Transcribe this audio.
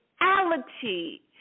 reality